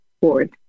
Board